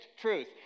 truth